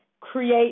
Create